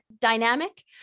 dynamic